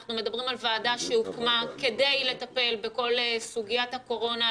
אנחנו מדברים על ועדה שהוקמה כדי לטפל בכל סוגיית הקורונה,